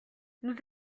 nous